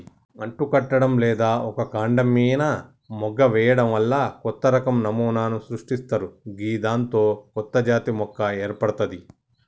అంటుకట్టడం లేదా ఒక కాండం మీన మొగ్గ వేయడం వల్ల కొత్తరకం నమూనాను సృష్టిస్తరు గిదాంతో కొత్తజాతి మొక్క ఏర్పడ్తది